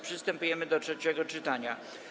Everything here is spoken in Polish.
Przystępujemy do trzeciego czytania.